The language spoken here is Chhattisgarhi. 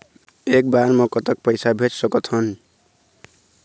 एक बार मे कतक पैसा भेज सकत हन?